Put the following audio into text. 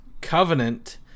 Covenant